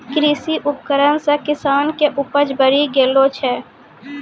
कृषि उपकरण से किसान के उपज बड़ी गेलो छै